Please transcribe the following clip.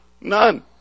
None